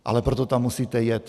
Ale proto tam musíte jet.